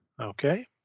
Okay